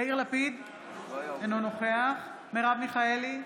יאיר לפיד, אינו נוכח מרב מיכאלי,